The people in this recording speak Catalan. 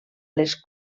les